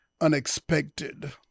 unexpected